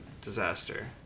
disaster